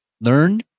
learn